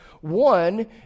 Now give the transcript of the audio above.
One